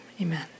amen